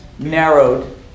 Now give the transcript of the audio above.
narrowed